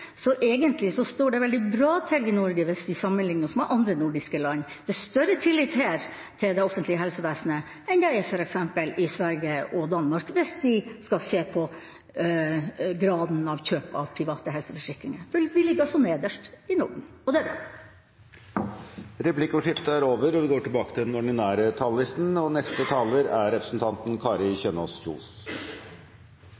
Så egentlig står det veldig bra til i Norge hvis vi sammenligner oss med andre nordiske land. Det er større tillit her til det offentlige helsevesenet enn det er f.eks. i Sverige og Danmark hvis vi skal se på graden av kjøp av private helseforsikringer. Vi ligger altså nederst i Norden, og det er bra. Replikkordskiftet er over.